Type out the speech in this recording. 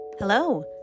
Hello